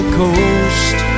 coast